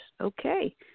Okay